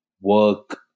work